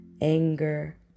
anger